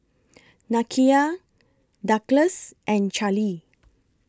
Nakia Douglas and Charlee